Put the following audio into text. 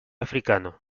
africano